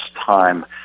time